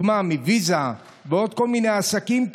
לדוגמה מוויזה ועוד כל מיני עסקים,